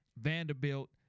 Vanderbilt